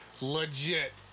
legit